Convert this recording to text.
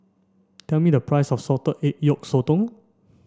tell me the price of Salted Egg Yolk Sotong